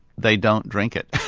they don't drink it!